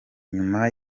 nyuma